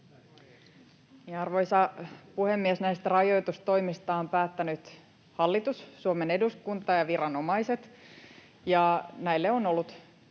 Arvoisa puhemies! Näistä rajoitustoimista ovat päättäneet hallitus, Suomen eduskunta ja viranomaiset, ja näille on ollut